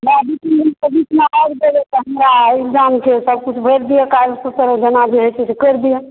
उएह दू तीन दिन के बीचमे आबि जेबै तऽ हमरा इग्ज़ैम के सभकुछ भरि दिअ काग़ज़ पत्र जेना जे होइत छै से करि दिअ